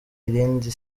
irindi